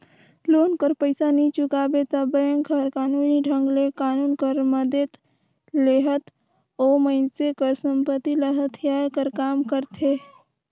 loan कर पइसा नी चुकाबे ता बेंक हर कानूनी ढंग ले कानून कर मदेत लेहत ओ मइनसे कर संपत्ति ल हथियाए कर काम करथे